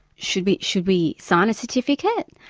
should we should we sign a certificate,